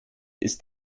ist